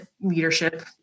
leadership